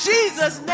Jesus